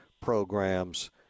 programs